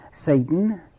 Satan